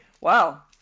wow